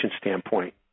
standpoint